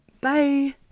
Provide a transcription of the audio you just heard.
bye